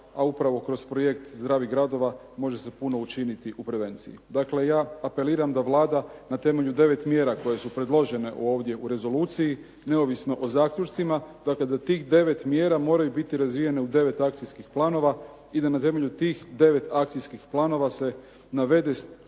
a upravo kroz projekt zdravih gradova može se puno učiniti u prevenciji. Dakle, ja apeliram da Vlada na temelju devet mjera koje su predložene ovdje u rezoluciji, neovisno o zaključcima, dakle da tih devet mjera moraju biti razvijene u devet akcijskih planova i da na temelju tih devet akcijskih planova se navede što je